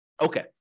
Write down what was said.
Okay